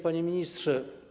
Panie Ministrze!